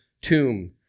tomb